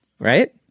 Right